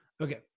Okay